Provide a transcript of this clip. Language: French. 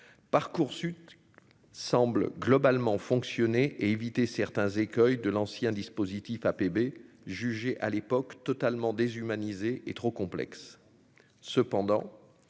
Parcoursup semble globalement fonctionné éviter certains écueils de l'ancien dispositif APB jugé à l'époque totalement déshumanisé et trop complexe,